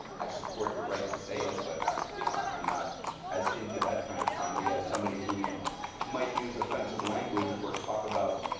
i support your right to say it, but you know i'm not as into that kind of comedy as somebody who might use offensive language, or talk about